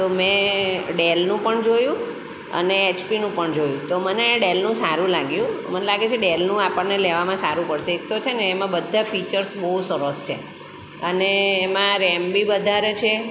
તો મેં ડેલનું પણ જોયું અને એચપીનું પણ જોયું તો મને ડેલનું સારું લાગ્યું મને લાગે છે ડેલનું આપણને લેવામાં સારું પડશે એક તો છે ને એમાં બધા ફીચર્સ બહુ સરસ છે અને એમાં રેમ બી વધારે છે